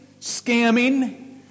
scamming